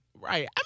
Right